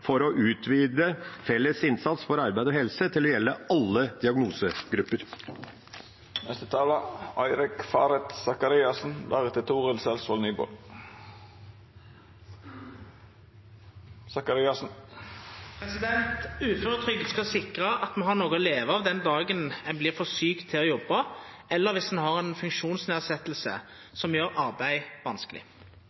for å utvide felles innsats for arbeid og helse til å gjelde alle diagnosegrupper. Uføretrygd skal sikra at ein har noko å leva av den dagen ein vert for sjuk til å jobba eller om ein har